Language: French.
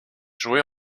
joués